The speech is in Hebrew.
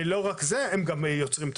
לא רק זה - הם גם יוצרים תשטיפים,